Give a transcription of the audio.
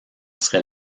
serait